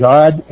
God